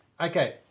Okay